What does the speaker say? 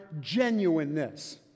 genuineness